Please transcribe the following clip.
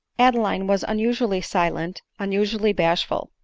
adeline was unusually silent, unusually bash ful.